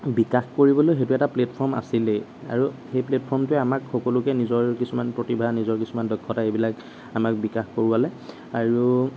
বিকাশ কৰিবলৈ সেইটো এটা প্লেটফৰ্ম আছিলেই আৰু সেই প্লেটফৰ্মটোৱে আমাক সকলোকে নিজৰ কিছুমান প্ৰতিভা নিজৰ কিছুমান দক্ষতা এইবিলাক আমাক বিকাশ কৰোৱালে আৰু